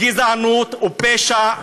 גזענות ופשע מאורגן.